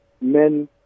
men